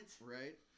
Right